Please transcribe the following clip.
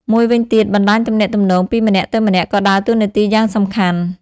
មួយវិញទៀត បណ្ដាញទំនាក់ទំនងពីម្នាក់ទៅម្នាក់ក៏ដើរតួនាទីយ៉ាងសំខាន់។